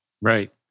Right